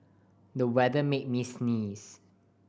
the weather made me sneeze